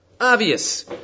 obvious